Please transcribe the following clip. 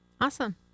Awesome